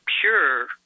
pure